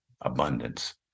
abundance